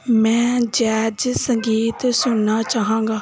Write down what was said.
ਮੈਂ ਜੈਜ਼ ਸੰਗੀਤ ਸੁਣਨਾ ਚਾਹਾਂਗਾ